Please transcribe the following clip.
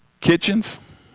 Kitchens